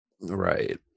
Right